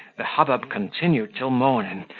the hubbub continued till morning,